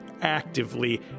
actively